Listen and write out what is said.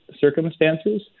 circumstances